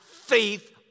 faith